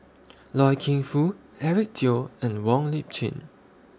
Loy Keng Foo Eric Teo and Wong Lip Chin